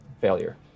failure